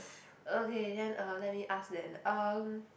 okay then uh let me ask then um